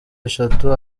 eshatu